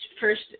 first